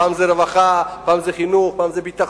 פעם זה רווחה, פעם זה חינוך, פעם זה ביטחון.